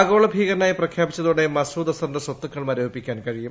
ആഗോള ഭീകരനായി പ്രഖ്യാപിച്ചതോടെ മസൂദ് അസറിന്റെ സ്വത്തുക്കൾ മരവിപ്പിക്കാൻ കഴിയും